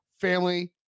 family